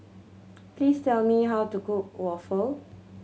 please tell me how to cook waffle